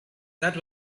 that